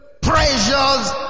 pressures